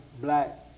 black